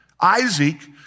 Isaac